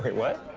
what?